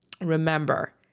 Remember